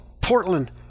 Portland